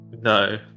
no